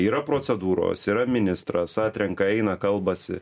yra procedūros yra ministras atrenka eina kalbasi